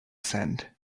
sand